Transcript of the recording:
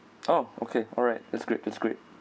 orh okay alright that's great that's great